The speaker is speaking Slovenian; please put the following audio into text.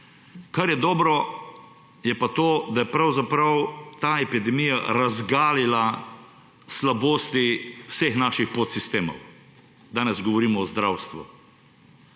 Ker je dobro, je pa to, da je pravzaprav ta epidemije razgalila slabosti vseh naših podsistemov. Danes govorimo o zdravstvu.